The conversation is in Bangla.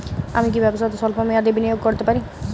আমি কি ব্যবসাতে স্বল্প মেয়াদি বিনিয়োগ করতে পারি?